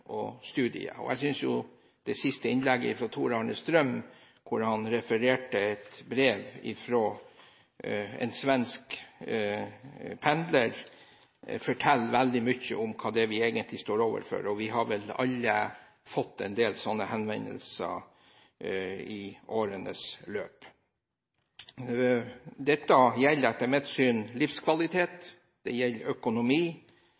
og studier. Jeg synes det siste innlegget, fra Tor-Arne Strøm som refererte et brev fra en svensk pendler, forteller veldig mye om hva vi egentlig står overfor. Vi har vel alle fått en del slike henvendelser i årenes løp. Dette gjelder etter mitt syn livskvalitet, økonomi